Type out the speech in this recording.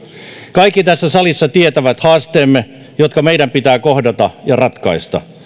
kaikki tässä salissa tietävät haasteemme jotka meidän pitää kohdata ja ratkaista